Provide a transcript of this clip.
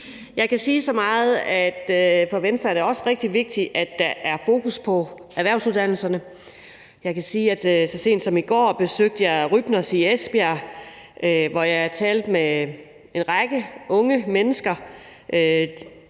for Venstre er det også rigtig vigtigt, at der er fokus på erhvervsuddannelserne. Jeg kan sige, at jeg så sent som i går besøgte Rybners i Esbjerg, hvor jeg talte med en række unge mennesker,